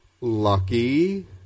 Lucky